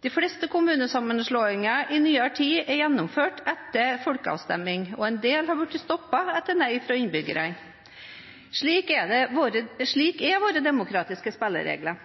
De fleste kommunesammenslåinger i nyere tid er gjennomført etter folkeavstemning, og en del har vært stoppet etter nei fra innbyggerne. Slik er våre demokratiske spilleregler.